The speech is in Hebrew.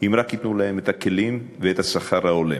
אם רק ייתנו להם את הכלים ואת השכר ההולם.